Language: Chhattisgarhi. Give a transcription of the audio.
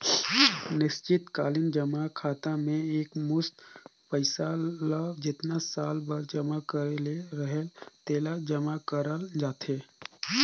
निस्चित कालीन जमा खाता में एकमुस्त पइसा ल जेतना साल बर जमा करे ले रहेल तेला जमा करल जाथे